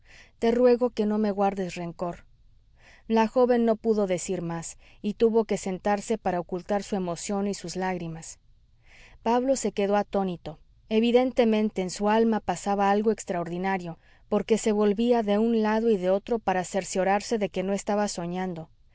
te ruego que no me guardes rencor la joven no pudo decir más y tuvo que sentarse para ocultar su emoción y sus lágrimas pablo se quedó atónito evidentemente en su alma pasaba algo extraordinario porque se volvía de un lado y de otro para cerciorarse de que no estaba soñando